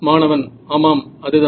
மாணவன் ஆமாம் அதுதான்